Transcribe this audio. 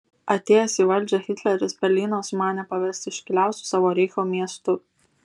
atėjęs į valdžią hitleris berlyną sumanė paversti iškiliausiu savo reicho miestu